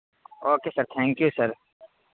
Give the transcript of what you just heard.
okay sir thank you sir